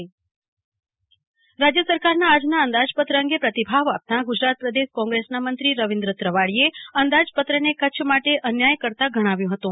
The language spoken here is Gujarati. કલ્પના શાહ બજેટ પ્રતિભાવ રાજ્ય સરકારનું આજનું અંદાજનપત્ર અંગે પ્રતિભાવ આપતા ગુજરાત પ્રદેશ કોંગ્રેસના મંત્રી રવિન્દ્ર ત્રવાડીએ અંદાજપત્રને કચ્છ માટે અન્યાયકર્તા ગણાવ્યું હતું